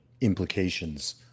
implications